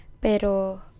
Pero